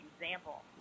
example